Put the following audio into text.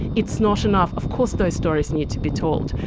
it's not enough. of course those stories need to be told,